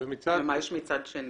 ומה יש מצד שני,